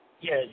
Yes